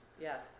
Yes